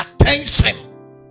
attention